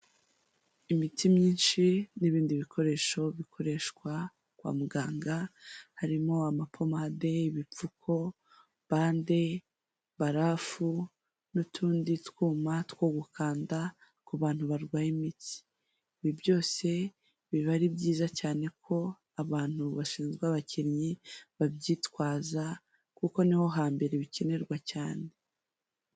Imiti myinshi n'ibindi bikoresho bikoreshwa kwa muganga harimo amapomade, bipfuko, bande, barafu n'utundi twuma two gukanda ku bantu barwaye imitsi, ibi byose biba ari byiza cyane ko abantu bashinzwe abakinnyi babyitwaza kuko niho hantu hambere bikenerwa cyane.